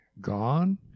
gone